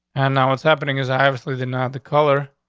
and now what's happening is obviously they're not the color.